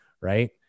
right